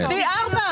היא פי ארבעה.